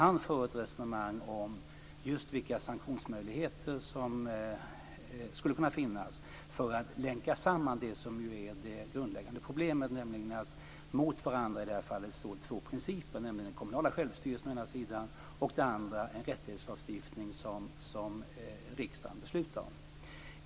Han för ett resonemang om just vilka sanktionsmöjligheter som skulle kunna finnas för att länka samman det som är det grundläggande problemet. Mot varandra står två principer, nämligen å ena sidan den kommunala självstyrelsen och å andra sidan en rättighetslagstiftning som riksdagen beslutar om.